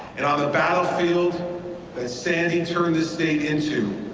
and on the battlefield that sandy turned this state into,